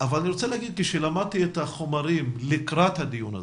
אבל אני רוצה לומר שכאשר למדתי את החומרים לקראת הדיון הזה,